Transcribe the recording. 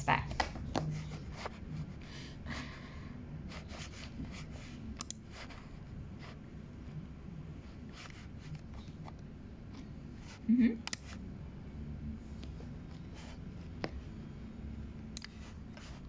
mmhmm